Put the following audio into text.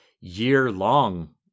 year-long